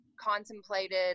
contemplated